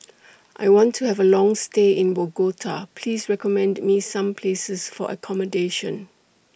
I want to Have A Long stay in Bogota Please recommend Me Some Places For accommodation